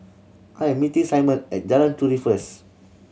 I'm meeting Simon at Jalan Turi first